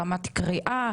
ברמת קריאה,